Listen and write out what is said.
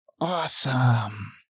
Awesome